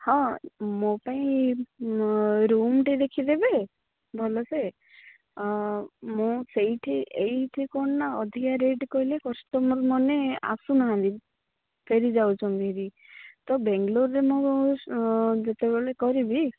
ହଁ ମୋ ପାଇଁ ରୁମଟେ ଦେଖିଦେବେ ଭଲ ସେ ମୁଁ ସେଇଠି ଏଇଠି କ'ଣ ନା ଅଧିକା ରେଟ କହିଲେ କଷ୍ଟମର ମାନେ ଆସୁନାହାନ୍ତି ଫେରି ଯାଉଛନ୍ତି ହେରି ତ ବେଙ୍ଗଲୋରରେ ମୁଁ ଯେତେବେଳେ କରିବି